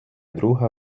друга